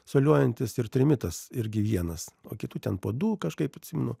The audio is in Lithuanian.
soliuojantis ir trimitas irgi vienas o kitų ten po du kažkaip atsimenu